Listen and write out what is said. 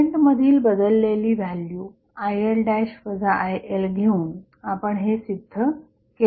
current मधील बदललेली value IL ILघेऊन आपण हे सिद्ध केले आहे